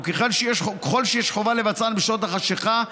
וככל שיש חובה לבצען בשעות החשכה,